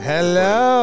Hello